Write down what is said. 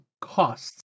costs